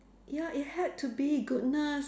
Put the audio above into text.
ya it had to be goodness